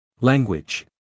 Language